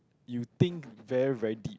you think very very deep